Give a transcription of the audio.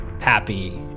happy